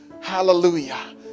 Hallelujah